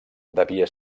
devia